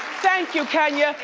thank you, kenya,